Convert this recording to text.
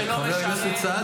שלא משרת --- חבר הכנסת סעדה,